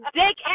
dick